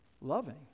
loving